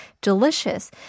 delicious